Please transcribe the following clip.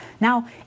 Now